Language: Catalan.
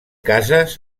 cases